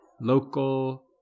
local